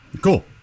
Cool